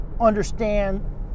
understand